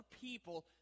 people